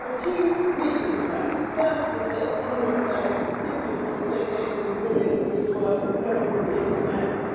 so two reasons for that. the first was that indoor service had simply become associated with women and women's work no longer appealed to men.